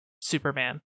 Superman